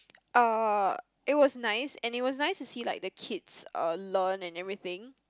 uh it was nice and it was nice to see like the kids uh learn and everything